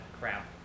crap